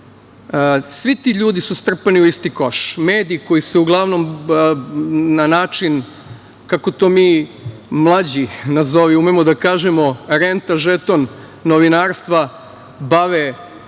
Svi ti ljudi su strpani u isti koš. Mediji koji su uglavnom na način kako mi to mlađi, nazovi, umemo da kažemo renta žeton novinarstva bave